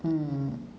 mm